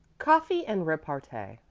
coffee and repartee.